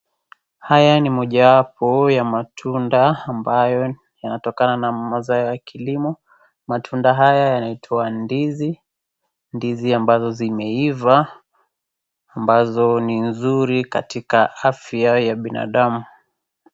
Haya ni mojawapo ya matunda ambayo yanatokana na mazao ya kilimo. Matunda haya yanaitwa ndizi. Ndizi ambazo zimeiva ambazo ni nzuri katika afya ya binadamu.